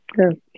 Okay